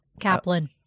Kaplan